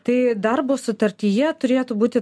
tai darbo sutartyje turėtų būti